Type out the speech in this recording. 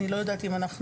אני לא יודעת אם נדון,